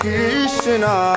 Krishna